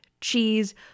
cheese